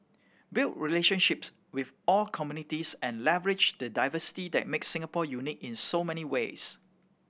build relationships with all communities and leverage the diversity that makes Singapore unique in so many ways